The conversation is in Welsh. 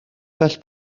gall